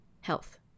Health